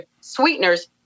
sweeteners